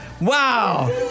Wow